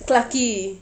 clarke quay